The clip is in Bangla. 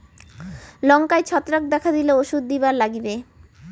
লঙ্কায় ছত্রাক দেখা দিলে কি ওষুধ দিবার লাগবে?